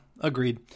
Agreed